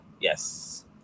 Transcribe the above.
Yes